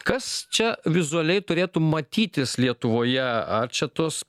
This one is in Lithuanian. kas čia vizualiai turėtų matytis lietuvoje ar čia tos